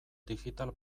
digital